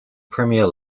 premier